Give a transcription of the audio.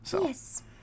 Yes